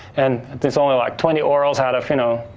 and there's only like twenty orals out of you know,